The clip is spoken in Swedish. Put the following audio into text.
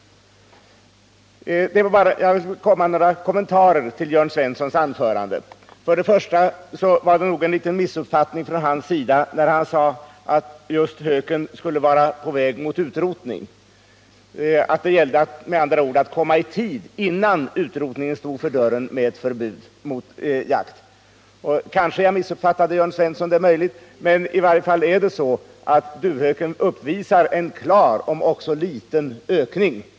Jag vill något kommentera Jörn Svenssons anförande. Till att börja med vill jag tillrättalägga en liten missuppfattning från hans sida. Han sade att höken skulle vara på väg mot utrotning och att det med andra ord gällde att komma i tid med ett förbud mot jakt innan utrotningen stod för dörren. Det är möjligt att jag missuppfattade honom här, men det är så att duvhöken uppvisar en klar, om än liten, ökning i antal.